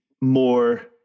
more